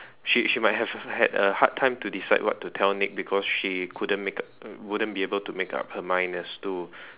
she she might might have have had a hard time to decide what to tell Nick because she couldn't make up wouldn't be able to make up her mind as to